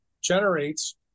Generates